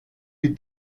die